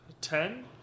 Ten